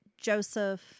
Joseph